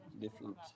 different